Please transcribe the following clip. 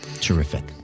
Terrific